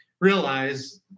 realize